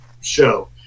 show